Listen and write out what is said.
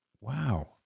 Wow